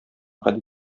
гади